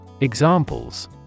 Examples